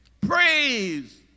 praise